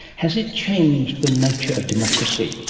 has it changed the nature of democracy?